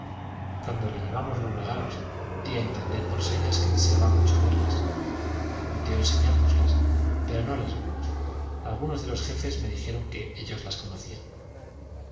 cuando le llevamos los regalos di a entender por señas que deseaba mucho verlas prometió enseñárnoslas pero no las vimos algunos de los jefes me dijeron que ellos las conocían